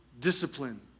discipline